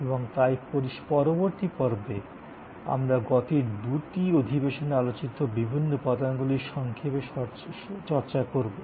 এবং তাই পরবর্তী পর্বে আমরা গত ২ টি অধিবেশনে আলোচিত বিভিন্ন উপাদানগুলির সংক্ষেপে চর্চা করব